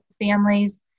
families